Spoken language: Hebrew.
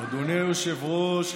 אדוני היושב-ראש,